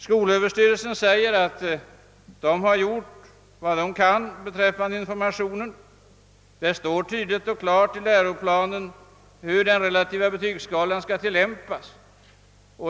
Skolöverstyrelsen säger att den har gjort vad den kan beträffande informationen och påpekar att det tydligt och klart står angivet i läroplanen hur den relativa betygsskalan skall tillämpas.